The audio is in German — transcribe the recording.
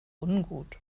ungut